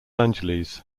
angeles